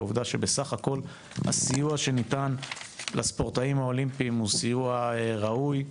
והעובדה שבסך הכל הסיוע שניתן לספורטאים האולימפיים הוא סיוע ראוי,